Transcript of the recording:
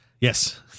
Yes